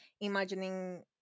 imagining